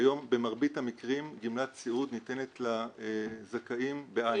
כיום במרבית המקרים גמלת סיעוד ניתנת לזכאים בעין.